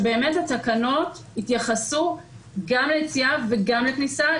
באמת התקנות התייחסו גם ליציאה וגם לכניסה,